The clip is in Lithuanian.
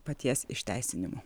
paties išteisinimu